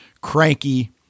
cranky